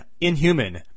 inhuman